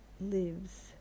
lives